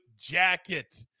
jacket